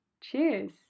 Cheers